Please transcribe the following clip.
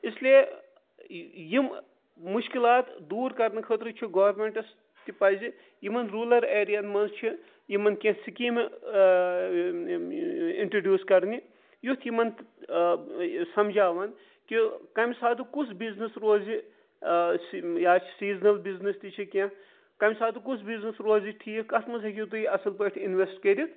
اِسلیے یِم مُشکِلات دوٗر کَرنہٕ خٲطرٕ چھُ گورمنٹَس تہِ پَزِ یِمَن روٗرَل ایریاہَن مَنٛز چھُ یمَن کینٛہہ سِکیٖمہٕ اِنٹڈیوٗس کَرنہِ یُتھ یِمَن سَمجاوَن کہِ کمہِ ساتہٕ کُس بِزنِس روزِ یا چھِ سیٖزنَل بِزنِس تہِ چھِ کینٛہہ کمہِ ساتہٕ کُس بِزنِس روزِ ٹھیٖک کَتھ مَنٛز ہیٚکِو تُہۍ اَصل پٲٹھۍ اِنویٚسٹ کٔرِتھ